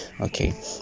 Okay